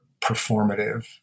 performative